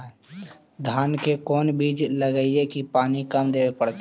धान के कोन बिज लगईऐ कि पानी कम देवे पड़े?